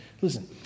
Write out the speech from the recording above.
Listen